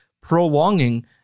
prolonging